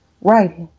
Right